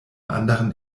anderen